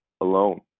alone